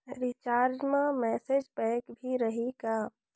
Recharge मा message pack भी रही का?